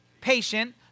patient